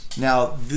Now